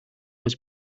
was